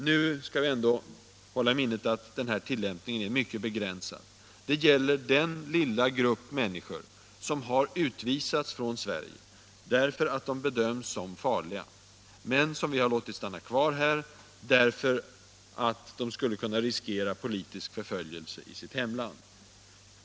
Nu skall vi ändå hålla i minnet att tillämpningen är mycket begränsad. Det gäller den lilla grupp människor som har utvisats från Sverige därför att de har bedömts som farliga, men som vi har låtit stanna kvar därför att de skulle kunna riskera politisk förföljelse i sitt hemland.